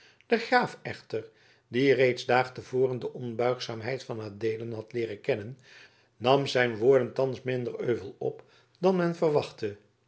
de graaf echter die reeds daags te voren de onbuigzaamheid van adeelen had leeren kennen nam zijn woorden thans minder euvel op dan men verwachtte